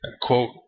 quote